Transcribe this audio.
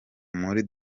muri